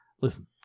listen